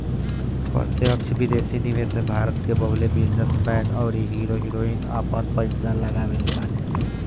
प्रत्यक्ष विदेशी निवेश में भारत के बहुते बिजनेस मैन अउरी हीरो हीरोइन आपन पईसा लगवले बाने